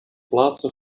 placo